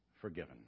forgiven